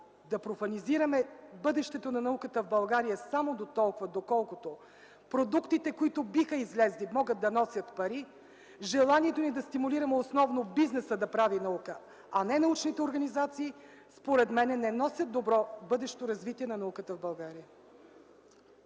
да профанизираме бъдещето на науката в България, само доколкото продуктите, които биха излезли, могат да носят пари, желанието ни да стимулираме основно бизнеса да прави наука, а не научните организации, според мен, не носят добро бъдещо развитие на науката в България.